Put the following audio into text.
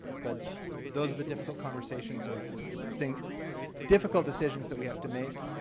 but those are the difficult conversations or think difficult decisions that we have to make.